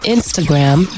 Instagram